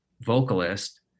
vocalist